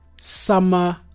Summer